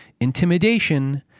intimidation